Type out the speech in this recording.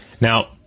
Now